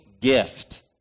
gift